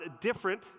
different